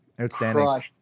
outstanding